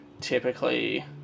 typically